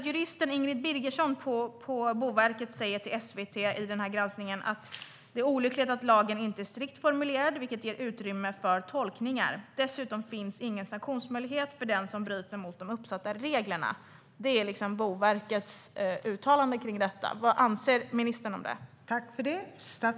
Juristen Ingrid Birgersson på Boverket säger till SVT i denna granskning: Det är olyckligt att lagen inte är strikt formulerad, vilket ger utrymme för tolkningar. Dessutom finns ingen sanktionsmöjlighet för den som bryter mot de uppsatta reglerna. Det är Boverkets uttalande om detta. Vad anser ministern om det?